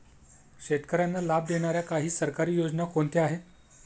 शेतकऱ्यांना लाभ देणाऱ्या काही सरकारी योजना कोणत्या आहेत?